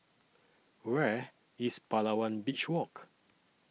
Where IS Palawan Beach Walk